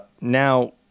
now